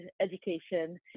education